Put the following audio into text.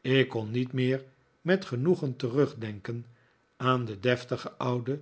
ik kon niet meer met genoegen terugdenken aan de deftige oude